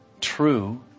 true